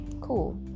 cool